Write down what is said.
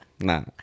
nah